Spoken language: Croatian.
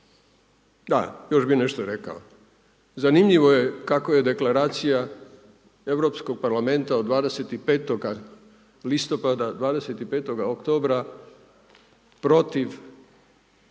da, još bih nešto rekao. Zanimljivo je kako je Deklaracija Europskog parlamenta od 25. listopada, 25. oktobra protiv